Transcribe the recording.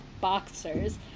boxers